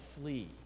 flee